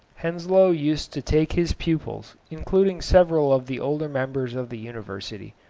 henslow used to take his pupils, including several of the older members of the university,